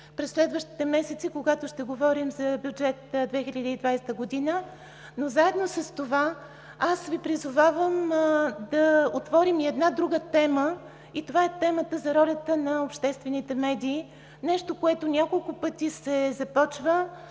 през следващите месеци, когато ще говорим за Бюджет 2020 г., но заедно с това Ви призовавам да отворим и една друга тема и това е темата за ролята на обществените медии – нещо, което няколко пъти се започва